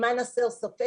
למען הסר ספק,